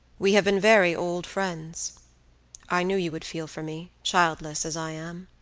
we have been very old friends i knew you would feel for me, childless as i am.